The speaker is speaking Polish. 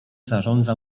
zarządza